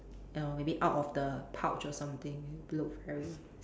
err maybe out of the pouch or something it'll look very